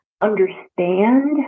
understand